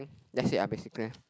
that's it lah basically